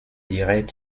direct